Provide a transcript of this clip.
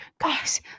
guys